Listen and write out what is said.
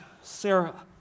Sarah